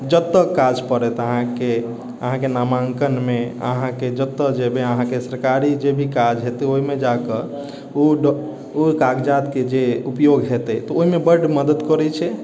जब तक काज पड़त अहाँकेँ अहाँके नामाङ्कनमे अहाँकेँ जतऽ जेबै अहाँकेँ सरकारी जे भी काज हेतै ओहिमे जाकऽ ओ कागजातके जे उपयोग हेतै तऽ ओहिमे बड मदद करैत छै